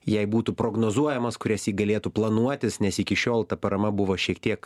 jai būtų prognozuojamos kurias ji galėtų planuotis nes iki šiol ta parama buvo šiek tiek